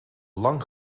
lang